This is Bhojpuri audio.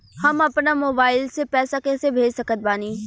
हम अपना मोबाइल से पैसा कैसे भेज सकत बानी?